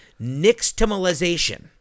Nixtamalization